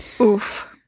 oof